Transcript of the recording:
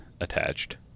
attached